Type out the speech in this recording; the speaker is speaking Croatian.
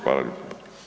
Hvala lijepa.